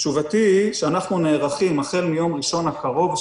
תשובתי היא שאנחנו נערכים החל מיום ראשון הקרוב,